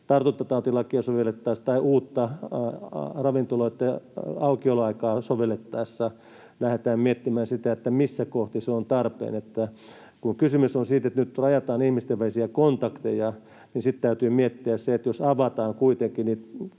tartuntatautilakia sovellettaessa tai uutta ravintoloitten aukioloaikaa sovellettaessa lähdetään miettimään sitä, missä kohdin se on tarpeen. Kun kysymys on siitä, että nyt rajataan ihmisten välisiä kontakteja, niin sitten täytyy miettiä se, että jos avataan kuitenkin